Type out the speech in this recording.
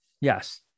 Yes